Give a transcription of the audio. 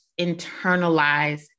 internalize